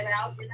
out